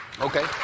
Okay